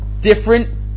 different